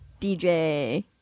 DJ